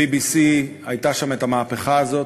ה-BBC, הייתה שם את המהפכה הזאת,